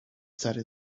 studied